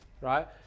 right